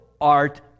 art